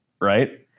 Right